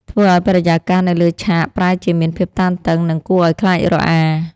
ធ្វើឱ្យបរិយាកាសនៅលើឆាកប្រែជាមានភាពតានតឹង និងគួរឱ្យខ្លាចរអា។